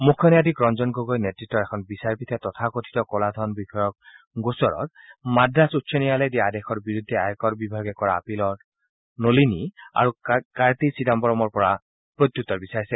মুখ্য ন্যায়াধীশ ৰঞ্জন গগৈৰ নেতৃত্বৰ এখন বিচাৰ পীঠে তথাকথিত কলা ধন বিষয়ৰ গোচৰত মাদ্ৰাছ উচ্চ ন্যায়ালয়ে দিয়া আদেশৰ বিৰুদ্ধে আয়কৰ বিভাগে কৰা আপীলৰ নলিনী আৰু কাৰ্তি চিদাম্বৰমৰ পৰা প্ৰত্যুত্তৰ বিচাৰিছে